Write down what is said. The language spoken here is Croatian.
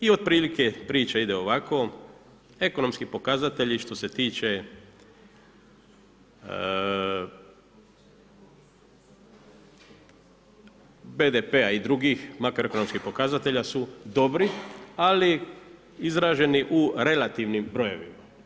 I otprilike priča ide ovako, ekonomski pokazatelji štose tiče BDP-a i drugih makroekonomski pokazatelja su dobri ali izraženi u relativnim brojevima.